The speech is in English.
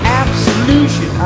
absolution